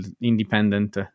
independent